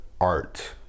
art